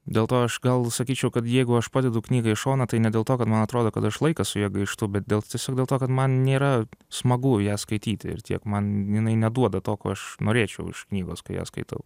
dėl to aš gal sakyčiau kad jeigu aš padedu knygą į šoną tai ne dėl to kad man atrodo kad aš laiką su ja gaištu bet dėl tiesiog dėl to kad man nėra smagu ją skaityti ir tiek man jinai neduoda to ko aš norėčiau iš knygos kurią skaitau